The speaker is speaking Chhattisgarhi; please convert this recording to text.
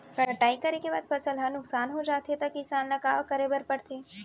कटाई करे के बाद फसल ह नुकसान हो जाथे त किसान ल का करे बर पढ़थे?